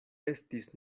estis